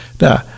Now